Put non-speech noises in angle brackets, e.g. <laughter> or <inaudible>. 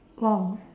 <noise>